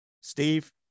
Steve